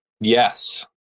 Yes